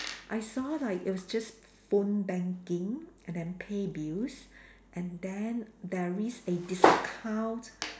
I saw like it was just phone banking and then pay bills and then there is a discount